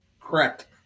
Correct